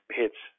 hits